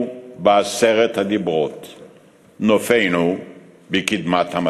אין הדבר קל בעיני,